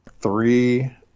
three